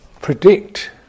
predict